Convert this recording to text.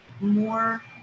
more